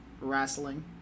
wrestling